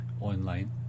online